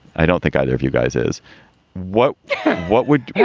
i don't think either of you guys is what what would yeah